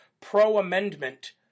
pro-amendment